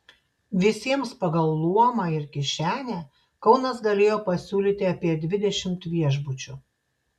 visiems pagal luomą ir kišenę kaunas galėjo pasiūlyti apie dvidešimt viešbučių